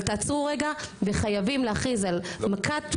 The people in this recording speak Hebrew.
אבל תעצרו רגע וחייבים להכריז על מכת,